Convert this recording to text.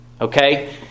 Okay